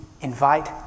invite